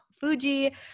Fuji